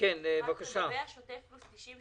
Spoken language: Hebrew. לגבי השוטף פלוס 90,